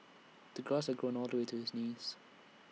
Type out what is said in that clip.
the grass had grown all the way to his knees